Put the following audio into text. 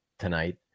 Tonight